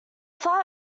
flat